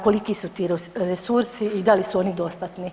Koliki su ti resursi i da li su oni dostatni?